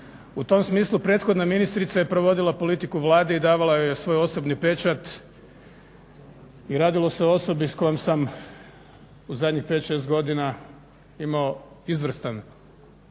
U tom smislu prethodna ministrica je provodila politiku Vlade i davala joj svoj osobni pečat i radilo se o osobi s kojom sam u zadnjih 5, 6 godina imao izvrstan